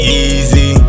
easy